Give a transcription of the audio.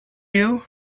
you